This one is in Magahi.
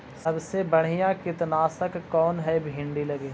सबसे बढ़िया कित्नासक कौन है भिन्डी लगी?